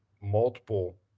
multiple